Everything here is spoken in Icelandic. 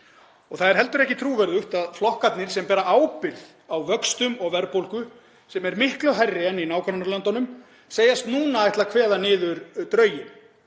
Það er heldur ekki trúverðugt að flokkarnir sem bera ábyrgð á vöxtum og verðbólgu sem er miklu hærri en í nágrannalöndunum segist núna ætla að kveða niður drauginn.